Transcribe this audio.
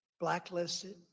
blacklisted